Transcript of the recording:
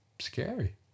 scary